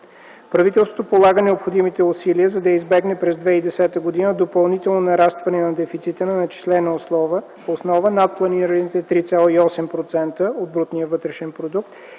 Правителството полага необходимите усилия, за да избегне през 2010 г. допълнителното нарастване на дефицита на начислена основа над планираните 3,8% от брутния вътрешен продукт,